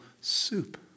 soup